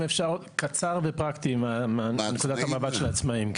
אם אפשר קצר ופרקטי מנקודת המבט של העצמאים.